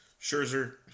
Scherzer